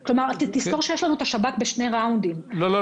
תזכור שיש לנו את השב"כ בשני סיבובים --- לא,